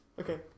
Okay